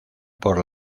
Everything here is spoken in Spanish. por